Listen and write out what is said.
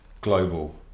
global